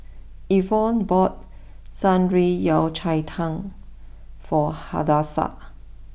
Evon bought Shan Rui Yao Cai Tang for Hadassah